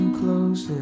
close